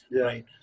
right